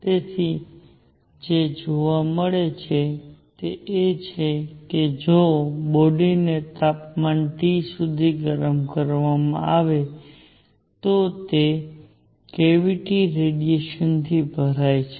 તેથી જે જોવા મળે છે તે એ છે કે જો બોડીને તાપમાન T સુધી ગરમ કરવામાં આવે તો તે કેવીટી રેડીએશનથી ભરાય છે